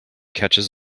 catches